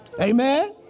Amen